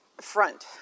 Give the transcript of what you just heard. front